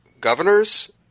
governors